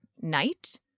night